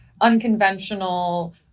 unconventional